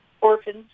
orphans